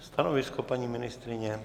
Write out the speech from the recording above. Stanovisko paní ministryně?